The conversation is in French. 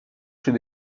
chez